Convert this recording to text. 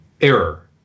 Error